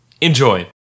Enjoy